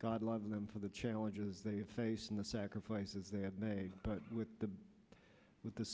god love them for the challenges they face and the sacrifices they have made with the with the